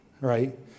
right